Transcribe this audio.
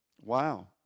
Wow